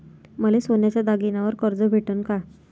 मले सोन्याच्या दागिन्यावर कर्ज भेटन का?